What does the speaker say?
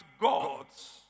Gods